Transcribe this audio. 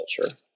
culture